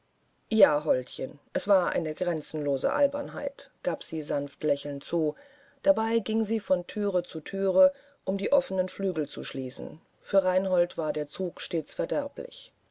ja holdchen es war eine grenzenlose albernheit gab sie sanft lächelnd zu dabei ging sie von thüre zu thüre um die offenen flügel zu schließen für reinhold war der zug stets verderblich